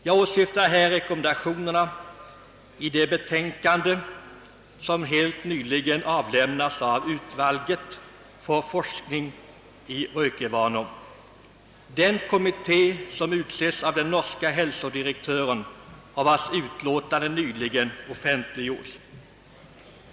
Jag åsyftar här rekommendationerna i det betänkande, som avlämnats av »Utvalget for forskning i rgykevanor», den kommitté som utsetts av den norske hälsodirektören och vars utlåtande nyligen offentliggjorts.